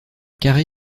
carré